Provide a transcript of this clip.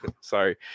sorry